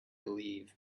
believe